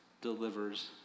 delivers